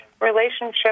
relationship